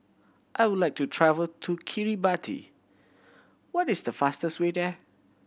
I would like to travel to Kiribati what is the fastest way there